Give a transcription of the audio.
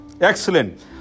Excellent